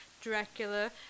Dracula